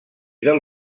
del